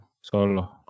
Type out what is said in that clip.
solo